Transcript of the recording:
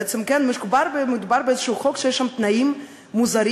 בעצם מדובר באיזשהו חוק שיש בו תנאים מוזרים